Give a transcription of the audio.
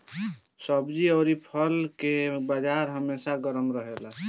सब्जी अउरी फल के बाजार हमेशा गरम रहेला